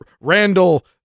Randall